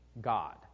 God